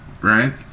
right